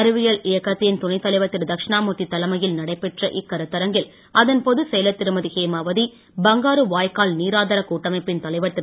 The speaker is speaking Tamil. அறிவியல் இயக்கத்தின் துனைத்தலைவர் திருதட்சிணாமூர்த்தி தலைமையில் நடைபெற்ற இக்கருத்தரங்கில் அதன் பொதுச்செயலர் திருமதி ஹேமாவதி பங்காரு வாய்க்கால் நீராதார கூட்டமைப்பின் தலைவர் திரு